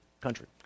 country